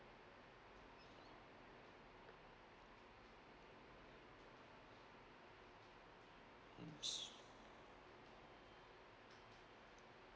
mm